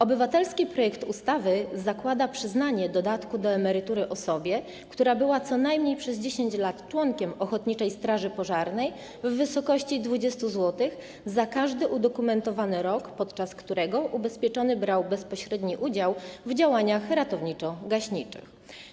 Obywatelski projekt ustawy zakłada przyznanie dodatku do emerytury osobie, która była co najmniej przez 10 lat członkiem ochotniczej straży pożarnej, w wysokości 20 zł za każdy udokumentowany rok, podczas którego ubezpieczony brał bezpośredni udział w działaniach ratowniczo-gaśniczych.